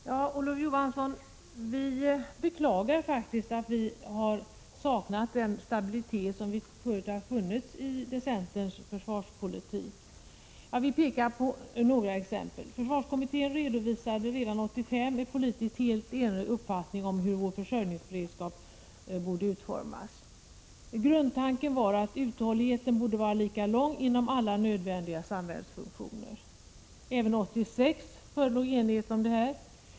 SSR Fru talman! Vi beklagar faktiskt, Olof Johansson, att vi har saknat den stabilitet som förut har funnits i centerns försvarspolitik. Jag vill peka på några exempel. Försvarskommittén redovisade redan 1985 en politiskt helt enig uppfatt ning om hur vår försörjningsberedskap borde utformas. Grundtanken var att uthålligheten borde vara lika lång inom alla nödvändiga samhällsfunktioner. Även 1986 förelåg enighet om detta.